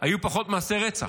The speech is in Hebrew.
היו פחות מעשי רצח.